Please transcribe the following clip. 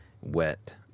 wet